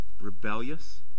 rebellious